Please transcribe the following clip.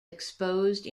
exposed